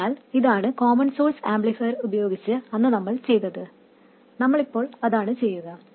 അതിനാൽ ഇതാണ് common source amplifier ഉപയോഗിച്ച് അന്ന് നമ്മൾ ചെയ്തത് നമ്മൾ ഇപ്പോൾ അതാണ് ചെയ്യുക